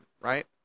right